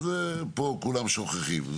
פה כולם שוכחים.